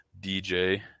DJ